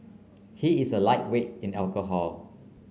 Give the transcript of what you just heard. he is a lightweight in alcohol